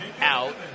out